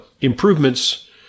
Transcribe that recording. improvements